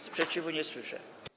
Sprzeciwu nie słyszę.